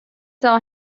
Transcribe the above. sell